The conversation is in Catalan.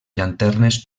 llanternes